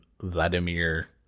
Vladimir